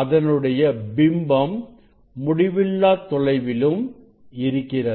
அதனுடைய பிம்பம் முடிவில்லா தொலைவிலும் இருக்கிறது